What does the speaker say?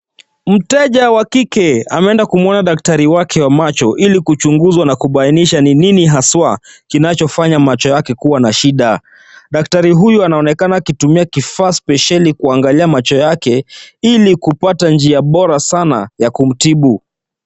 Mteja wa kike ameenda kumwona daktari wake wa macho ili kuchunguzwa na kubainisha ni nini haswa kinachofanya macho yake kuwa na shida. Daktari huyo anaonekana akitumia kifaa spesheli kuangalia macho yake ili kupata njia bora sana ya kumtibu.